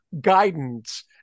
guidance